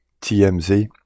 TMZ